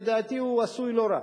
לדעתי הוא עשוי לא רע,